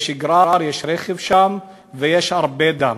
יש גרר, יש רכב שם, ויש הרבה דם.